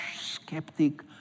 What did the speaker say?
skeptic